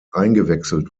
eingewechselt